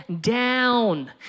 down